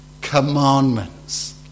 Commandments